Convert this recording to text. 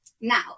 Now